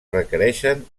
requereixen